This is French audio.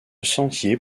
sentier